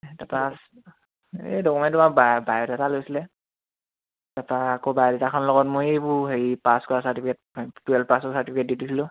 তাৰপৰা এই ডকুমেণ্ট তোমাৰ বাই বায়'ডাটা লৈছিলে তাৰপৰা আকৌ বায়'ডাটাখনৰ লগত মই এইবোৰ হেৰি পাছ কৰা চাৰ্টিফিকেট টুৱেলভ পাছ কৰা চাৰ্টিফিকেট দি দিছিলোঁ